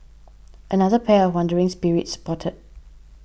another pair of wandering spirits spotted